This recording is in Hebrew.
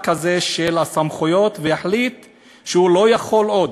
הזה של הסמכויות והוא יחליט שהוא לא יכול עוד.